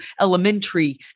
elementary